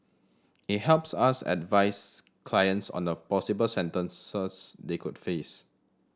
it helps us advise clients on the possible sentences they could face